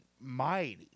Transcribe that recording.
mighty